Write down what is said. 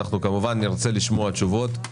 אנחנו כמובן נרצה לשמוע תשובות.